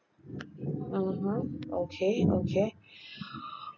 mmhmm okay okay